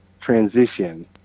transition